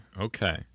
okay